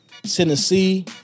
Tennessee